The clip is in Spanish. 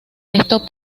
esto